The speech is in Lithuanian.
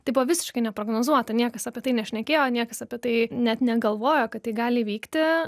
tai buvo visiškai neprognozuota niekas apie tai nešnekėjo niekas apie tai net negalvojo kad tai gali įvykti